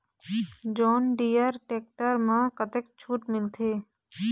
John Deere tractor म कतक छूट मिलथे?